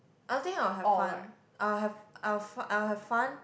I think I will have fun I will have I will f~ I will have fun